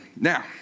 Now